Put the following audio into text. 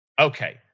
Okay